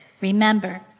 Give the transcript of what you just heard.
Remember